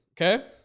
okay